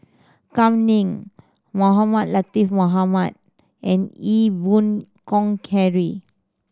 Kam Ning Mohamed Latiff Mohamed and Ee Boon Kong Henry